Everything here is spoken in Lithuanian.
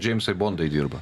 džeimsai bondai dirba